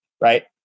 right